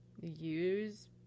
use